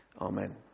Amen